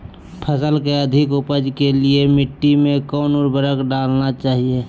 फसल के अधिक उपज के लिए मिट्टी मे कौन उर्वरक डलना चाइए?